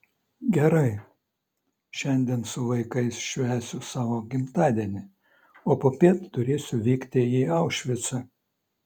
gerai šiandien su vaikais švęsiu savo gimtadienį o popiet turėsiu vykti į aušvicą